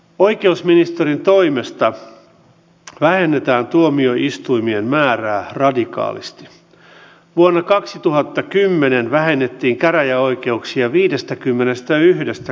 oikeusministerin toimesta vähennetään tuomioistuimien määrää onnea ja menestystä ministerille näihin hankkeisiin